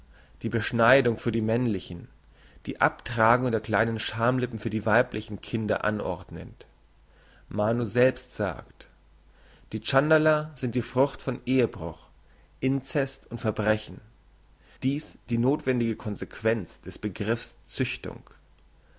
die beschneidung für die männlichen die abtragung der kleinen schamlippen für die weiblichen kinder anordnend manu selbst sagt die tschandala sind die frucht von ehebruch incest und verbrechen dies die nothwendige consequenz des